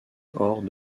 hors